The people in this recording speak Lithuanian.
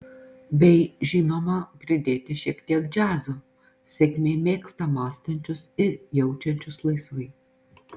bei žinoma pridėti šiek tiek džiazo sėkmė mėgsta mąstančius ir jaučiančius laisvai